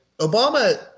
Obama